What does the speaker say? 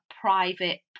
private